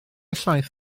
llaeth